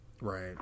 right